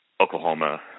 Oklahoma